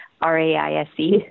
R-A-I-S-E